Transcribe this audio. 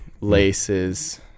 Laces